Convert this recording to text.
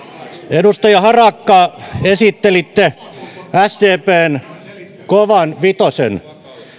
edustaja harakka esittelitte sdpn kovan vitosen